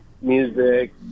music